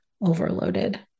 overloaded